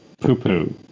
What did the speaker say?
poo-poo